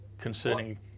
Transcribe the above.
concerning